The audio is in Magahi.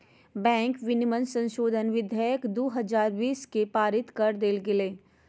बैंक विनियमन संशोधन विधेयक दू हजार बीस के पारित कर देल गेलय